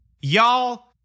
y'all-